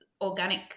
organic